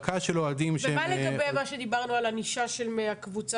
ומה לגבי מה שדיברנו על ענישה של הקבוצה